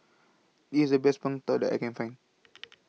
IS The Best Png Tao that I Can Find